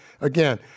again